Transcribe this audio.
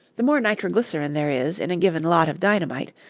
the more nitroglycerin there is in a given lot of dynamite,